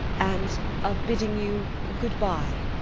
and of bidding you good-bye.